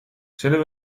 zullen